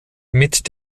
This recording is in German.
mit